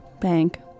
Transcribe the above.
Bank